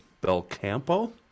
Belcampo